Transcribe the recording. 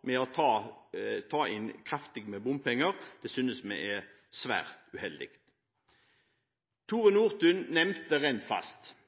ved å ta inn kraftig med bompenger, synes vi det er svært uheldig. Tore Nordtun nevnte Rennfast. Rennfast